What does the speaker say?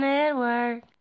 Network